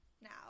now